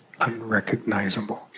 unrecognizable